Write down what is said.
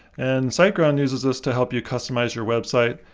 and siteground uses this to help you customize your website,